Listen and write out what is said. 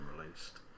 released